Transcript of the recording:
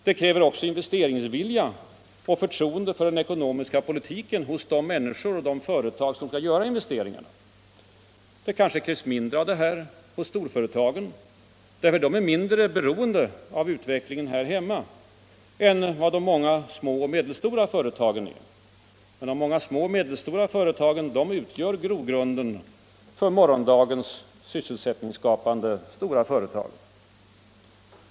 Den kräver också investeringsvilja och förtroende för den ekonomiska politiken hos de människor och företag som skall göra investeringarna. Det kanske krävs mindre av detta hos storföretagen, eftersom de är mindre beroende av utvecklingen här hemma. Men de många små och medelstora företagen utgör ändå grogrunden för morgondagens sysselsättningsskapande stora företag.